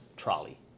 trolley